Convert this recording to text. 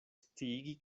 sciigi